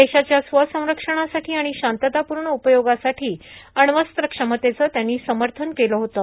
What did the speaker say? देशाच्या स्वःसंरक्षणासाठी आणि शांततापूर्ण उपयोगासाठी अण्वस्त्रक्षमतेचं त्यांनी समर्थन केलं होतं